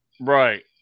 Right